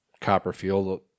Copperfield